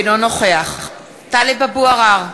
אינו נוכח טלב אבו עראר,